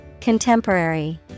Contemporary